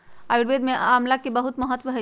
आयुर्वेद में आमला के बहुत महत्व हई